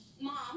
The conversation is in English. Mom